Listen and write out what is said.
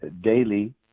daily